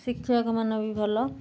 ଶିକ୍ଷକ ମାନ ବି ଭଲ